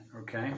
Okay